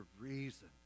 reason